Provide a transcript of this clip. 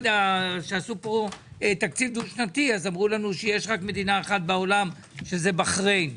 כשעשו פה תקציב דו שנתי אמרו לנו שיש רק מדינה אחת בעולם שזה בחריין.